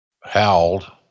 howled